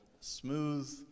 smooth